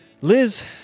Liz